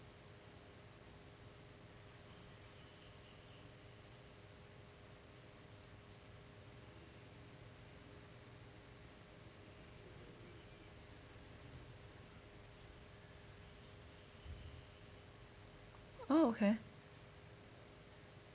oh okay